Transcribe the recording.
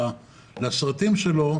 לסרטים שלו,